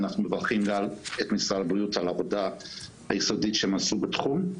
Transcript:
ואנחנו מברכים גם את משרד הבריאות על העבודה היסודית שהם עשו בתחום.